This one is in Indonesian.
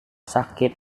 sakit